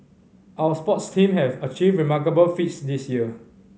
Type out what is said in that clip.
our sports teams have achieved remarkable feats this year